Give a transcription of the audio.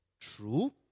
true